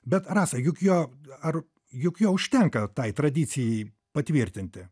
bet rasa juk jo ar juk jo užtenka tai tradicijai patvirtinti